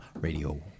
radio